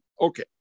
Okay